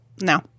no